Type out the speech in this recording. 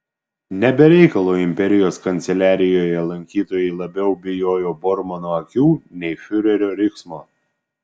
ne be reikalo imperijos kanceliarijoje lankytojai labiau bijojo bormano akių nei fiurerio riksmo